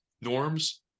norms